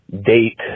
date